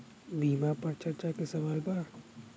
बीमा पर चर्चा के सवाल बा?